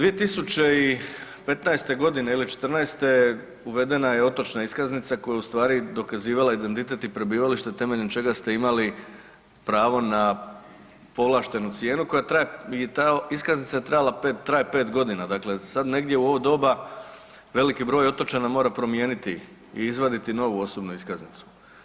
2015.g. ili '14. uvedena je otočna iskaznica koja je u stvari dokazivala identitet i prebivalište temeljem čega ste imali pravo na povlaštenu cijenu koja traje, i ta iskaznica je trajala 5, traje 5.g. Dakle, sad negdje u ovo doba veliki broj otočana mora promijeniti i izvaditi novu osobnu iskaznicu.